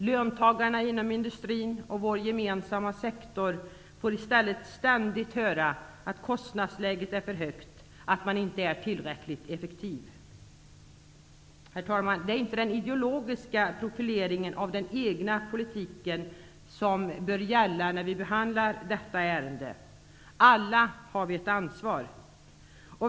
Löntagarna inom industrin och vår gemensamma sektorn får i stället ständigt höra att kostnadsläget är för högt, att man inte är tillräckligt effektiv. Herr talman! Det är inte den ideologiska profileringen av den egna politiken som bör gälla när vi behandlar detta ärende. Alla har vi ett ansvar.